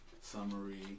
Summary